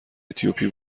اتیوپی